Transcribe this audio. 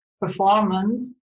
performance